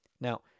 Now